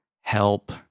help